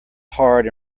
hard